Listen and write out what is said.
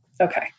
Okay